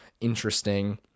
interesting